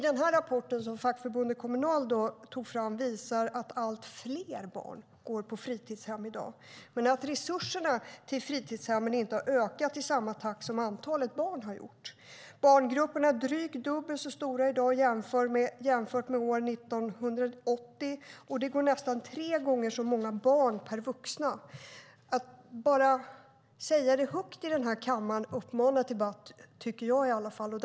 Den rapport som fackförbundet Kommunal tog fram visar att allt fler barn går på fritidshem i dag men att resurserna till fritidshemmen inte har ökat i samma takt som antalet barn har ökat. Barngrupperna är drygt dubbelt så stora i dag som år 1980, och det går nästan tre gånger så många barn per vuxen. Att säga det högt i den här kammaren tycker jag uppmanar till debatt.